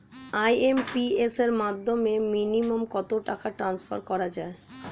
IMPS এর মাধ্যমে minimum কত টাকা ট্রান্সফার করা যায়?